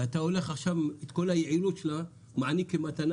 ואתה מעניק את כל היעילות מעניק כמתנה